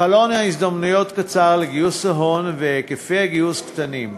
חלון הזדמנויות קצר לגיוס ההון והיקפי גיוס קטנים.